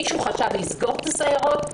מישהו חשב לסגור את הסיירות?